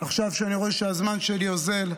עכשיו כשאני רואה שהזמן שלי אוזל,